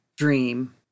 dream